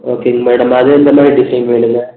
ஓகேங்க மேடம் அது எந்த மாதிரி டிசைன் வேணும்ங்க